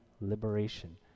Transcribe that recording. liberation